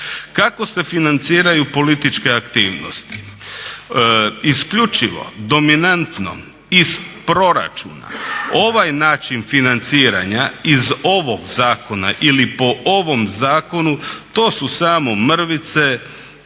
Kako se financiraju političke aktivnosti? Isključivo dominantno iz proračuna. Ovaj način financiranja iz ovog zakona ili po ovom zakonu to su samo mrvice.